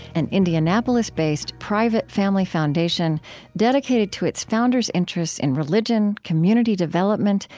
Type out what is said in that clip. an indianapolis-based, private family foundation dedicated to its founders' interests in religion, community development,